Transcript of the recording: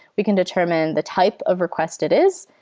we can determine the type of request it is.